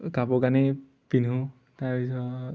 কাপোৰ কানি পিন্ধো তাৰপিছত